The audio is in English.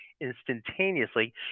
instantaneously